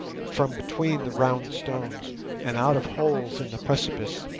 from between the round stones and out of holes in the precipice.